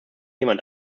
jemand